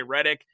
Redick